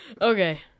Okay